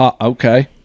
Okay